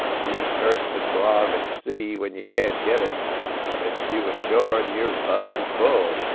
you curse the grog at sea when you can't get it set you ashore, and you're bung full.